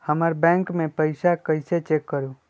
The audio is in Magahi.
हमर बैंक में पईसा कईसे चेक करु?